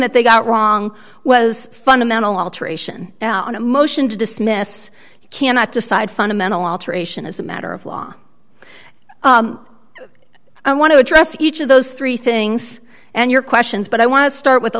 that they got wrong was fundamental alteration on a motion to dismiss cannot decide fundamental alteration as a matter of law i want to address each of those three things and your questions but i want to start with a